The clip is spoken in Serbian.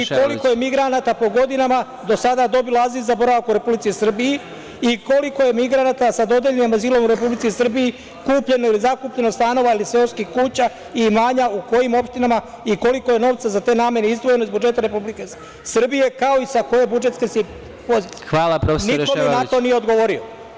i koliko je migranata po godinama do sada dobilo azil za boravak u Republici Srbiji i koliko je migranata sa dodeljenim azilom u Republici Srbiji kupljeno ili zakupljeno stanova ili seoskih kuća i imanja, u kojim opštinama i koliko je novca za te namene izdvojeno iz budžeta Republike Srbije, kao i sa koje budžetske pozicije? (Predsedavajući: Hvala gospodine Ševarliću.) Niko mi na to nije odgovorio.